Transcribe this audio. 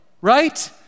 Right